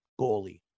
goalie